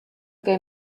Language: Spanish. que